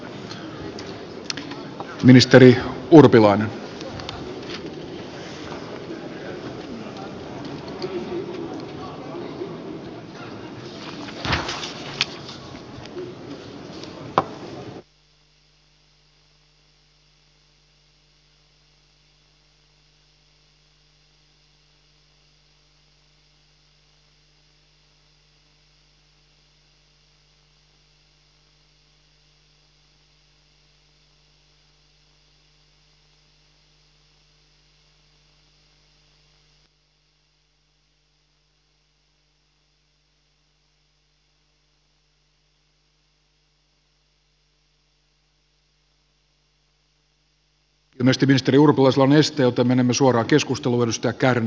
ilmeisesti ministeri urpilaisella on este joten menemme suoraan keskusteluun